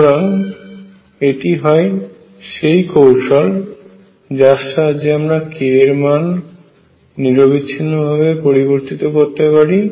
সুতরাং এটি হয় সেই কৌশল যার সাহায্যে আমরা k এর মান নিরবিচ্ছিন্ন ভাবে পরিবর্তিত করতে পারি